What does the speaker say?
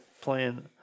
playing